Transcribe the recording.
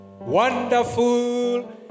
wonderful